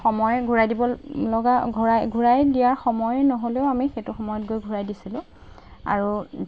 সময়ে ঘূৰাই দিব লগা ঘূৰাই ঘূৰাই দিয়াৰ সময় নহ'লেও আমি সেইটো সময়ত গৈ ঘূৰাই দিছিলোঁ আৰু